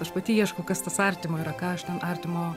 aš pati ieškau kas tas artimo yra ką aš ten artimo